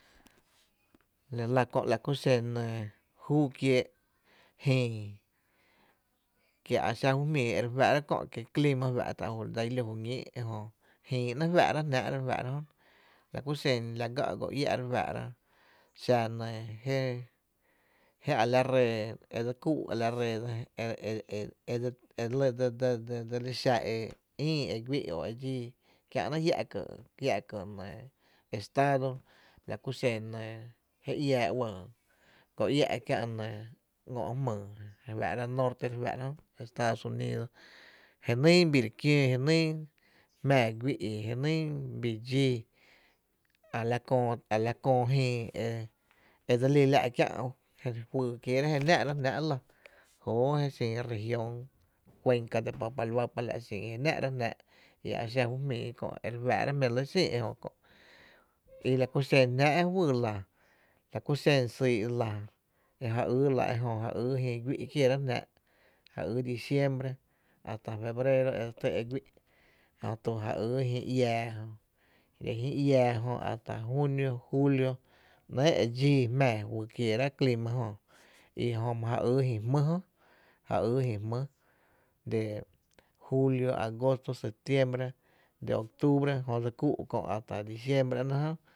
La lⱥ kö’ la kú xen nɇɇ júu kiee’ jïï, kie’ a xa ju jmíi e re fáá’rá’ kö’ kie’ clima ba nɇɇ’ ba fá’tá’ dsa i ló juñíi’ jö jïï ‘nɇ’ fáá’ra’ jnáá’ la ku xen la gá’ go iä’ re fáá’ra xa nɇ jé jé a la ree e dse kúu’ ala ree e dse e le e dse li xa e JÏï e güi’ o e dxíi kiä’ náá’ jia’ ký’ jia’ ka estado la ku xen je iáá uɇ go iä’ kiä’ ‘ngö’ jmyy je faá´ra’ norte de re fáá’ra jö estados Unidos, jenyy biire kióo, jenyy jmáá güi’ jenyy bii dxíi a la köö a la kö jïI e e dse lí la’ kiä’ náá’ juyy kieerá’ je náá’ra la jóo je xin región cuenca del Papaloapan la’ xin jé náá’rá’ jná’ a e xa ju jmíi kö e re fáá’ra jmí’ lɇ xin ejö kö’ i la ku xen jnáá’ juyy lⱥ la ku xen syy’ la e ja yy la, ejö ja yy jïï güi’ kieerá’ jnáá’ ja yy diciembre hastm febrero e dse tý e güi’ jö tu ja ýy jïï iäa jö e jïï iaa jö hasta junio o julio ‘nɇɇ’ e dxíi jmⱥⱥ juyy kiéérá’ clima jö i jö my ja ýy jï jmý jö, ja yy jï jmý e julio, agosto, septiembre, de octubre jö dse kúu’ kö’ hasta diciembre ‘nɇ’ jö.